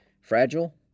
fragile